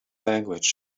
language